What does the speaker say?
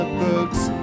books